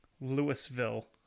Louisville